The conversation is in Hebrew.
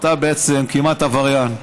אתה בעצם כמעט עבריין.